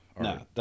No